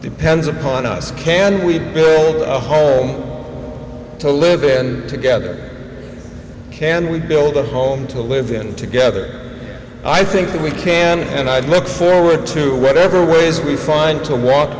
depends upon us can we build a home to live in together can we build a home to live in together i think that we can and i look forward to whatever ways we find to walk